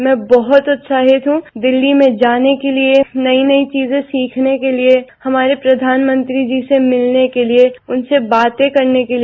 मैं बहत उत्साहित हूं दिल्ली में जाने के लिए नई नई चीजें सीखने के लिए हमारे प्रधानमंत्री जी से मिलने के लिए उनसे बाते करने के लिए